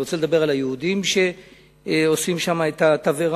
אני רוצה לדבר על היהודים שעושים שם את התבערה,